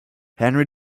henry